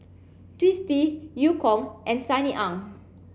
Twisstii Eu Kong and Sunny Ang